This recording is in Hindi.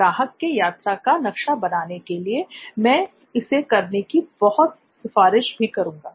ग्राहक के यात्रा का नक्शा बनाने के लिए मैं इसे करने की बहुत सिफारिश भी करुंगा